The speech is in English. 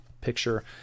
picture